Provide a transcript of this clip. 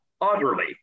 utterly